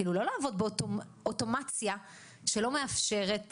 כאילו לא לעבוד באוטומציה שלא מאפשרת